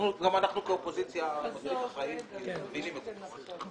גם אנחנו כאופוזיציה אחראית מבינים את זה.